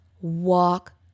walk